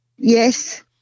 Yes